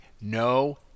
No